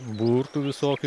burtų visokių